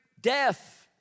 death